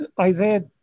Isaiah